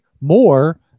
more